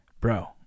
bro